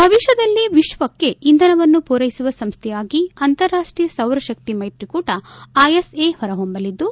ಭವಿಷ್ಣದಲ್ಲಿ ವಿಶ್ವಕ್ಷೆ ಇಂಧನವನ್ನು ಪೂರೈಸುವ ಸಂಸ್ಥೆಯಾಗಿ ಅಂತಾರಾಷ್ಟೀಯ ಸೌರಶಕ್ತಿ ಮೈತ್ರಿಕೂಟ ಐಎಸ್ಎ ಹೊರಹೊಮ್ಮಲಿದ್ದು